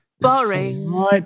boring